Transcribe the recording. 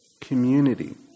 Community